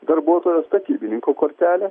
darbuotojo statybininko kortelę